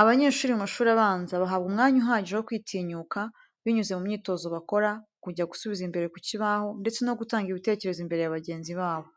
Abanyeshuri mu mashuri abanza bahabwa umwanya uhagije wo kwitinyuka binyuze mu myitozo bakora, kujya gusubiza imbere ku kibaho ndetse no gutanga ibitekerezo imbere ya bagenzi babo.